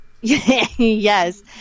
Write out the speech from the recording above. Yes